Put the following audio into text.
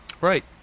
Right